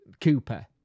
Cooper